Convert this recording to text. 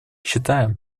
считаем